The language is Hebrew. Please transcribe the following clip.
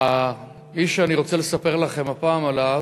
האיש שאני רוצה לספר לכם עליו